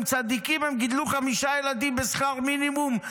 הם צדיקים, הם גידלו חמישה ילדים בשכר מינימום.